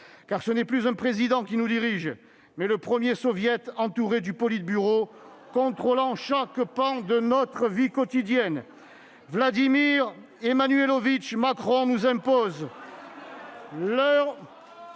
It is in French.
Car ce n'est plus un Président qui nous dirige, mais le Premier Soviet entouré d'un contrôlant chaque pan de notre vie quotidienne. Vladimir Emmanuelovitch Macron nous impose